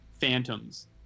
phantoms